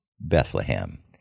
Bethlehem